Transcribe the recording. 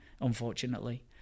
unfortunately